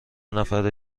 نفر